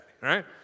right